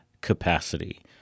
capacity